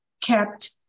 kept